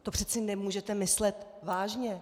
To přece nemůžete myslet vážně!